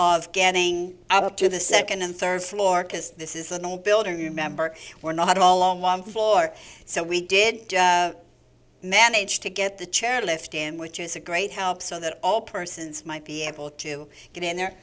of getting up to the second and third floor because this is an old building member we're not all on one floor so we did manage to get the chair lift stand which is a great help so that all persons might be able to get in there